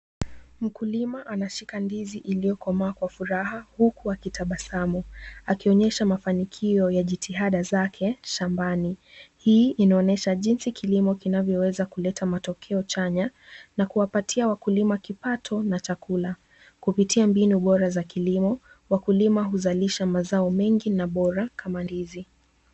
Mkulima anashika ndizi iliyokomaa kwa furaha huko akitabasamu akionyesha mafanikio ya jitihada zake shambani. Hii inaonyesha jinsi kilimo kinavyoweza kuleta matokeo chanya na kuwapatia wakulima kipato na chakula. Kupitia mbinu bora za kilimo wakulima huzalisha mazao mengi na bora kama ndizi.